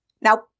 Now